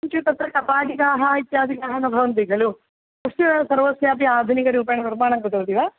किञ्चित् तत्र कपाटिकाः इत्यादिकं न भवन्ति खलु तस्य सर्वस्यापि आधुनिकरूपेण निर्माणं कृतवती वा